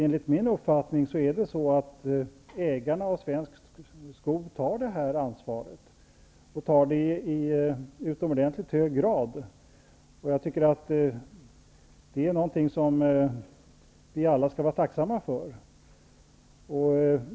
Enligt min uppfattning tar ägarna av svensk skog detta ansvar, i utomordentligt hög grad, och det är någonting som vi alla skall vara tacksamma för.